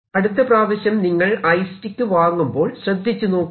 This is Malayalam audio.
അടുത്തപ്രാവശ്യം നിങ്ങൾ ഐസ് സ്റ്റിക് വാങ്ങുമ്പോൾ ശ്രദ്ധിച്ചു നോക്കൂ